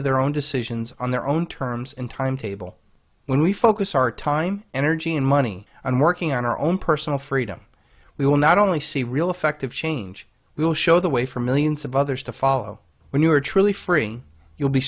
to their own decisions on their own terms and timetable when we focus our time energy and money and working on our own personal freedom we will not only see real effective change we will show the way for millions of others to follow when you are truly free you'll be